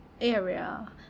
area